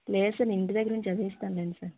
లేదు సార్ నేను ఇంటి దగ్గర నుంచి చదివిస్తాను లేండి సార్